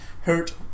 hurt